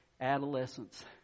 adolescence